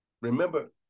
Remember